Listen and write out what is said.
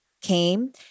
came